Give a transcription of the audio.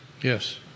yes